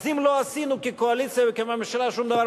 אז אם לא עשינו כקואליציה וכממשלה שום דבר,